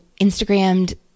Instagrammed